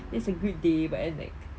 it's a good day but then it's like